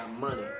money